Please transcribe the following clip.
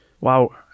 Wow